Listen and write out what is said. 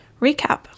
recap